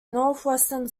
northwestern